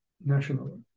national